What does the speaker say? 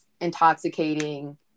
intoxicating